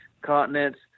continents